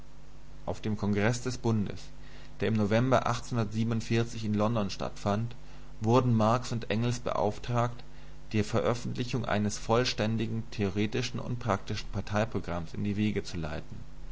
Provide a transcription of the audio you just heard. auf dem kongreß des bundes der im november in london stattfand wurden marx und engels beauftragt die veröffentlichung eines vollständigen theoretischen und praktischen parteiprogramms in die wege zu leiten